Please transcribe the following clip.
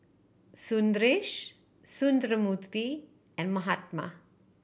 Sundaresh Sundramoorthy and Mahatma